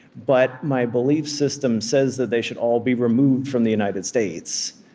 but my belief system says that they should all be removed from the united states,